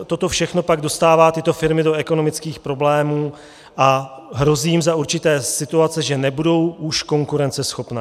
Toto všechno pak dostává tyto firmy do ekonomických problémů a hrozí jim za určité situace, že nebudou už konkurenceschopné.